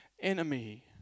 enemy